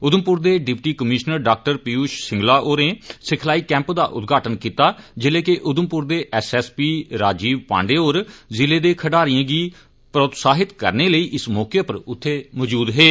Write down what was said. उधमपुर दे deputy commissioner Dr Piyush Singla होरें सिखलाई कैंप दा उद्घाटन कीता जेल्लै के उधमपुर दे S S P Rajeev Pande होर ज़िले दे खडारिएं गी प्रोत्साहित करने लेई इस मौके पर उत्थे मजूद हे